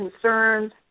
concerns